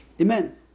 Amen